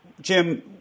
Jim